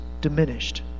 diminished